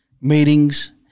meetings